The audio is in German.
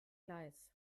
gleis